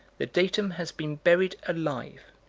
the datum has been buried alive.